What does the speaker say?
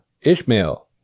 Ishmael